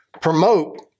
promote